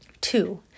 Two